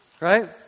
right